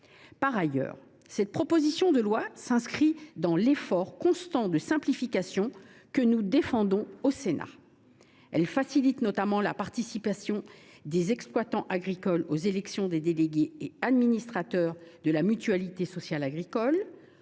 Par ailleurs, la proposition de loi s’inscrit dans l’effort constant de simplification que le Sénat défend. Elle facilite notamment la participation des exploitants agricoles aux élections des délégués et des administrateurs de la Mutualité sociale agricole.